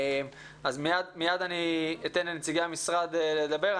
אני מיד אתן לנציגי המשרד לדבר.